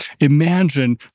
imagine